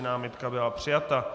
Námitka byla přijata.